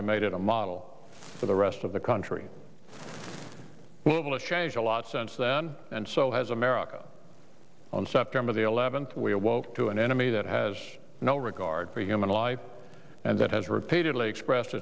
they made it a model for the rest of the country will it change a lot since then and so has america on september the eleventh we awoke to an enemy that has no regard for human life and that has repeatedly expressed